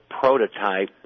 prototype